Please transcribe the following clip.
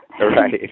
right